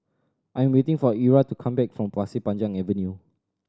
I'm waiting for Era to come back from Pasir Panjang Avenue